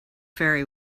ferry